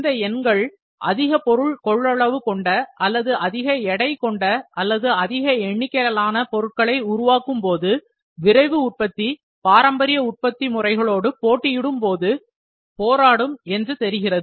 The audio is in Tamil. இந்த எண்கள் அதிக பொருள் கொள்ளளவு கொண்ட அல்லது அதிக எடைகொண்ட அல்லது அதிக எண்ணிக்கையிலான பொருட்களை உருவாக்கும் போது விரைவு உற்பத்தி பாரம்பரிய உற்பத்தி முறைகளோடு போட்டியிடும் போது போராடும் என்று தெரிகிறது